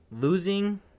losing